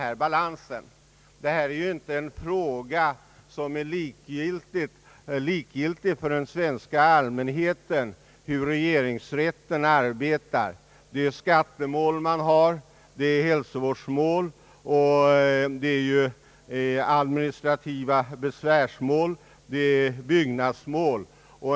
Hur regeringsrätten arbetar är inte en fråga som är likgiltig för den svenska allmänheten. Det är skattemål, hälsovårdsmål, administrativa besvärsmål och byggnadsmål.